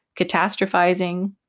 Catastrophizing